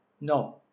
No